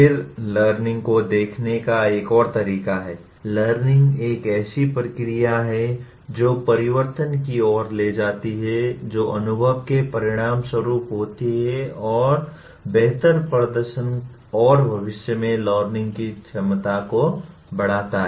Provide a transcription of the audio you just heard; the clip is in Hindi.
फिर लर्निंग को देखने का एक और तरीका है लर्निंग एक ऐसी प्रक्रिया है जो परिवर्तन की ओर ले जाती है जो अनुभव के परिणामस्वरूप होती है और बेहतर प्रदर्शन और भविष्य में लर्निंग की क्षमता को बढ़ाती है